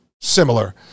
similar